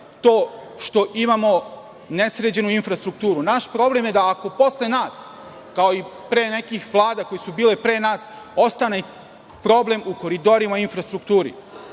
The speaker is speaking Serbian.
to što imamo nesređenu infrastrukturu. Naš problem je da, ako posle nas, kao i pre nekih vlada koje su bile pre nas, ostane problem u koridorima i infrastrukturi. Ministar